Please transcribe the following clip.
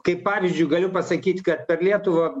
kaip pavyzdžiui galiu pasakyt kad per lietuvą